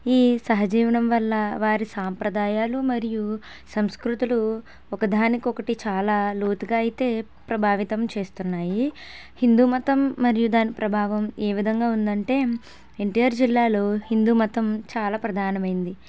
ఈ సహజీవనం వల్ల వారి సాంప్రదాయాలు మరియు సంస్కృతులు ఒకదానికొకటి చాలా లోతుగా అయితే ప్రభావితం చేస్తున్నాయి హిందూ మతం మరియు దాని ప్రభావం ఏ విధంగా ఉందంటే ఎన్ టీ ఆర్ జిల్లాలో హిందూమతం చాలా ప్రధానమైంది